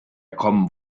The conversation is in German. common